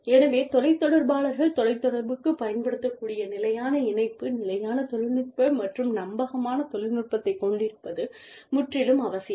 எனவே தொலை தொடர்பாளர்கள் தொலைத் தொடர்புக்கு பயன்படுத்தக்கூடிய நிலையான இணைப்பு நிலையான தொழில்நுட்ப மற்றும் நம்பகமான தொழில்நுட்பத்தைக் கொண்டிருப்பது முற்றிலும் அவசியம்